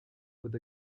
with